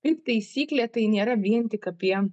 kaip taisyklė tai nėra vien tik apie